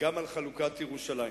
גם על חלוקת ירושלים,